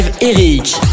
Eric